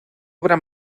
obra